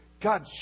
God